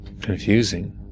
confusing